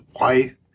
wife